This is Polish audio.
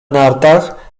nartach